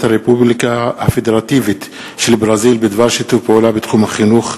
הרפובליקה הפדרטיבית של ברזיל בדבר שיתוף פעולה בתחום החינוך.